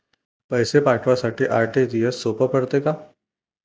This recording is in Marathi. पैसे पाठवासाठी आर.टी.जी.एसचं सोप पडते का?